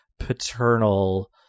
paternal